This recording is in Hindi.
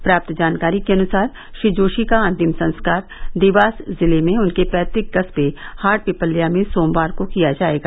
प्राप्त जानकारी के अनुसार श्री जोशी का अंतिम संस्कार देवास जिले में उनके पैतक कस्बे हाटपिपल्या में सोमवार को किया जाएगा